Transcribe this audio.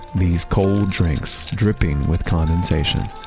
these cold drinks, dripping with condensation,